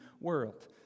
world